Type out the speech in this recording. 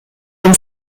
dem